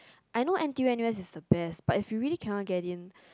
I know n_t_u n_u_s is the best but if you really cannot get in